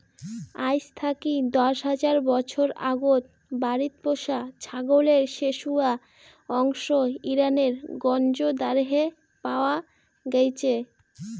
আইজ থাকি দশ হাজার বছর আগত বাড়িত পোষা ছাগলের শেশুয়া অংশ ইরানের গঞ্জ দারেহে পাওয়া গেইচে